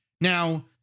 Now